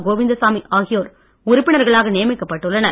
கோவிந்தசாமி ஆகியோர் உறுப்பினர்களாக நியமிக்கப்பட்டு உள்ளனர்